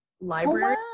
library